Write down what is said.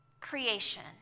creation